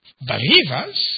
believers